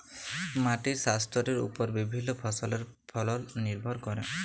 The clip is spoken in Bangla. মাটির স্বাইস্থ্যের উপর বিভিল্য ফসলের ফলল লির্ভর ক্যরে